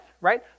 right